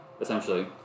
essentially